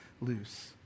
loose